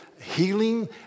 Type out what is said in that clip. healing